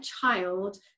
child